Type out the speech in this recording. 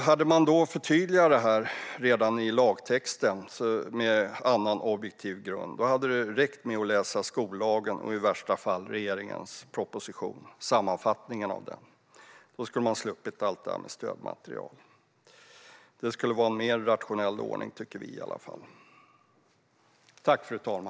Hade man förtydligat detta redan i lagtexten hade det räckt att läsa skollagen och i värsta fall regeringens proposition, eller sammanfattningen av den. Då skulle man ha sluppit allt detta med stödmaterial. Det skulle vara en mer rationell ordning, tycker i alla fall vi.